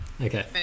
okay